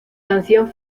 canción